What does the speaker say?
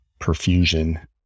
perfusion